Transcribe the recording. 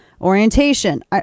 Orientation